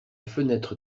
fenêtre